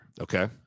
Okay